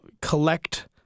collect